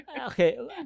Okay